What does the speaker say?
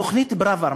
תוכנית פראוור,